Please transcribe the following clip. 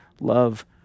love